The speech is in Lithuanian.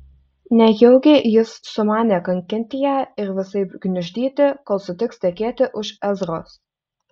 nejaugi jis sumanė kankinti ją ir visaip gniuždyti kol sutiks tekėti už ezros